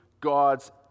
God's